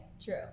True